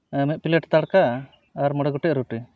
ᱢᱤᱫ ᱯᱞᱮᱴ ᱛᱚᱲᱠᱟ ᱟᱨ ᱢᱚᱬᱮ ᱜᱚᱴᱮᱱ ᱨᱩᱴᱤ